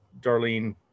Darlene